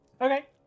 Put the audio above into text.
Okay